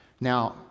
now